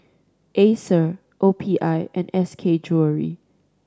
Acer O P I and S K Jewellery